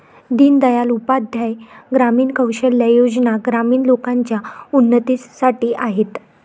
दीन दयाल उपाध्याय ग्रामीण कौशल्या योजना ग्रामीण लोकांच्या उन्नतीसाठी आहेत